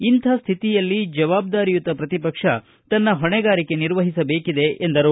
ಇಂಥ ಸ್ಥಿತಿಯಲ್ಲಿ ಜವಾಬ್ದಾರಿಯುತ ಪ್ರತಿಪಕ್ಷ ತನ್ನ ಹೊಣೆಗಾರಿಕೆ ನಿರ್ವಹಿಸಬೇಕಿದೆ ಎಂದರು